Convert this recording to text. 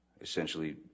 essentially